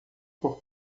por